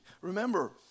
Remember